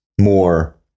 more